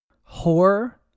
Horror